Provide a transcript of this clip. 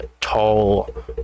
tall